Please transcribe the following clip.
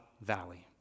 Valley